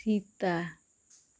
Sita